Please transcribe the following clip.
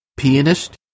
pianist